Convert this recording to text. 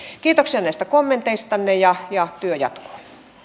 kiitoksia näistä kommenteistanne ja ja työ jatkuu